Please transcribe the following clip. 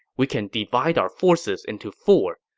we can divide our forces into four.